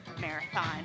marathon